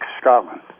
Scotland